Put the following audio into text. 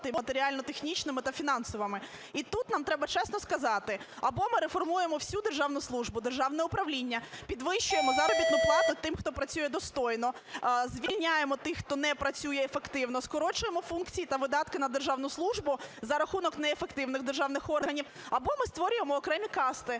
матеріально-технічними, та фінансовими. І тут нам треба чесно сказати, або ми реформуємо всю державну службу, державне управління, підвищуємо заробітну плату тим, хто працює достойно, звільняємо тих, хто не працює ефективно, скорочуємо функції та видатки на державну службу за рахунок неефективних державних органів, або ми створюємо окремі касти,